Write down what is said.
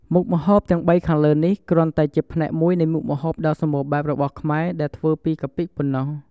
មុខម្ហូបទាំងបីខាងលើនេះ គ្រាន់តែជាផ្នែកមួយនៃមុខម្ហូបដ៏សម្បូរបែបរបស់ខ្មែរដែលធ្វើពីកាពិប៉ុណ្ណោះ។